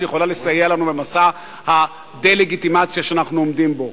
שיכולה לסייע לנו במסע הדה-לגיטימציה שאנחנו עומדים בו.